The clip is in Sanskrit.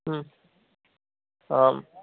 आम्